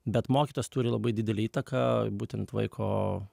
bet mokytojas turi labai didelę įtaką būtent vaiko